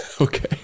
Okay